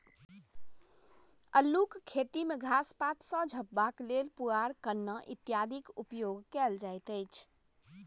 अल्लूक खेती मे घास पात सॅ झपबाक लेल पुआर, कन्ना इत्यादिक उपयोग कयल जाइत अछि